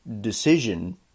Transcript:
decision